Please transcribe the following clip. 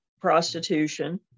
prostitution